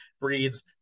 breeds